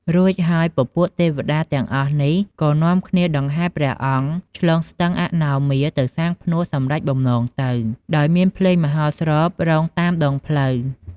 រួចហើយពពួកទេវតាទាំងអស់នេះក៏នាំគ្នាដង្ហែព្រះអង្គឆ្លងស្ទឹងអនោមាទៅសាងព្រះផ្នួសសម្រេចបំណងទៅ ដោយមានភ្លេងមហោស្រពរង់តាមដងផ្លូវ។